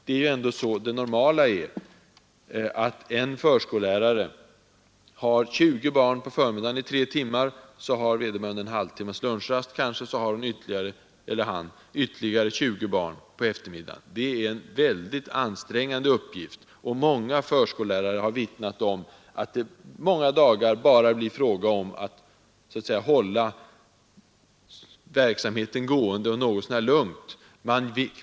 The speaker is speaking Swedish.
Det normala är att en förskollärare har 20 barn på förmiddagen i tre timmar, så har vederbörande kanske en halvtimmes lunchrast och sedan ytterligare 20 barn på eftermiddagen. Det är en väldigt ansträngande uppgift. Många förskollärare har vittnat om att det ofta bara blir fråga om att hålla verksamheten gående något så när lugnt.